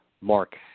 Mark